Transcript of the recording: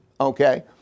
Okay